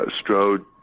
strode